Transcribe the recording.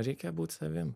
reikia būt savim